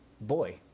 boy